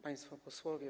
Państwo Posłowie!